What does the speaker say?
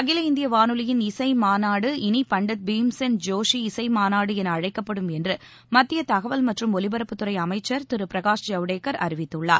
அகில இந்திய வானொலியின் இசை மாநாடு இனி பண்டிட் பீம்சென் ஜோஷி இசை மாநாடு என அழைக்கப்படும் என்று மத்திய தகவல் மற்றும் ஒலிபரப்புத்துறை அமைச்சர் திரு பிரகாஷ் ஜவடேகர் அறிவித்துள்ளார்